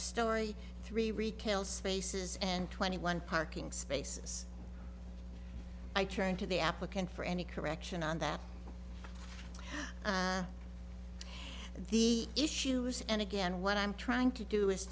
story three recal spaces and twenty one parking spaces i turned to the applicant for any correction on that the issues and again what i'm trying to do is